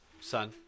son